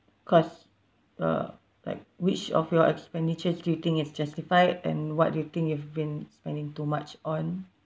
cause uh like which of your expenditures do you think is justified and what do you think you've been spending too much on